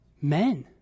Men